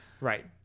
Right